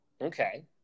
Okay